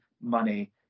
money